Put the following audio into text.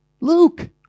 Luke